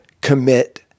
commit